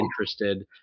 interested